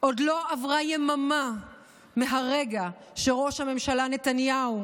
עוד לא עברה יממה מהרגע שראש הממשלה נתניהו